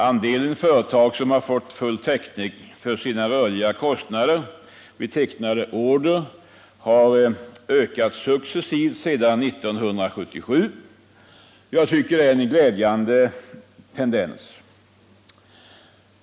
Andelen företag som har fått full täckning för sina rörliga kostnader vid tecknade order har ökat successivt sedan 1977. Jag tycker att det är en glädjande tendens.